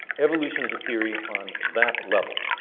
evolution is a theory on that level.